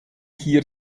hier